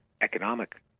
economic